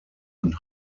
und